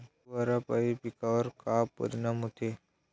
धुवारापाई पिकावर का परीनाम होते?